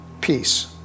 Peace